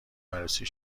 عروسی